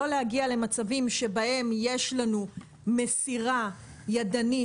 לא להגיע למצבים שבהם יש לנו מסירה ידנית